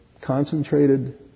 concentrated